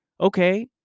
Okay